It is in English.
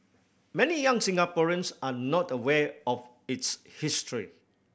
many young Singaporeans are not aware of its history